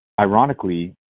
ironically